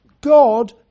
God